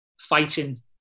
fighting